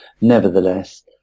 nevertheless